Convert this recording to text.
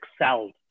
excelled